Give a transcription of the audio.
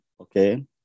okay